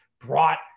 brought